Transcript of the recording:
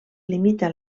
limita